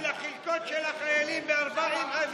של החלקות של החיילים, אתה מדבר?